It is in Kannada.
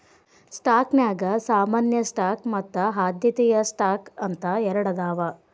ಸ್ಟಾಕ್ನ್ಯಾಗ ಸಾಮಾನ್ಯ ಸ್ಟಾಕ್ ಮತ್ತ ಆದ್ಯತೆಯ ಸ್ಟಾಕ್ ಅಂತ ಎರಡದಾವ